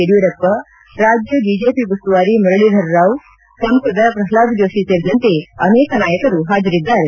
ಯಡಿಯೂರಪ್ಪ ರಾಜ್ಯ ಬಿಜೆಪಿ ಉಸ್ತುವಾರಿ ಮುರಳೀಧರ್ ರಾವ್ ಸಂಸದ ಪ್ರಹ್ಲಾದ್ ಜೋತಿ ಸೇರಿದಂತೆ ಅನೇಕ ನಾಯಕರು ಹಾಜರಿದ್ದಾರೆ